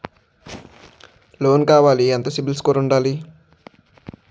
Loan కావాలి ఎంత CIBIL score ఉండాలి?